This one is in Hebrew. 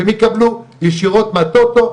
שהם יקבלו ישירות מהטוטו,